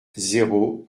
zéro